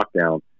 lockdown